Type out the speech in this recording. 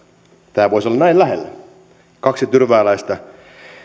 tämä voisi olla näin lähellä kaksi tyrvääläistä